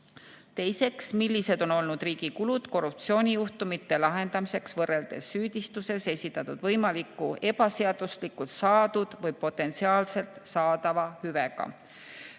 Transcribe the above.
Teiseks, millised on olnud riigi kulud korruptsioonijuhtumite lahendamiseks võrreldes süüdistuses esitatud võimaliku ebaseaduslikult saadud või potentsiaalselt saadava hüvega?